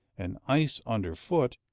and ice under foot,